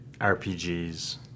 RPGs